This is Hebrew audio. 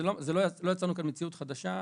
לא יצרנו כאן מציאות חדשה.